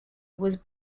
was